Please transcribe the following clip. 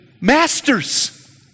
masters